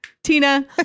tina